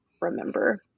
remember